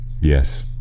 Yes